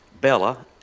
bella